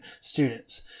students